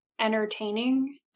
entertaining